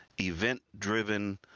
event-driven